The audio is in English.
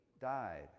died